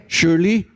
surely